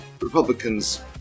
republicans